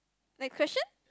next question